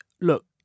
look